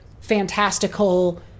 fantastical